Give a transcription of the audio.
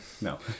No